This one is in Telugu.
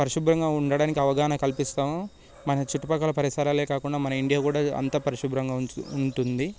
పరిశుభ్రంగా ఉండటానికి అవగాహన కల్పిస్తాము మన చుట్టుపక్కల పరిసరాలే కాకుండా మన ఇండియా కూడా అంతా పరిశుభ్రంగా ఉంటుంది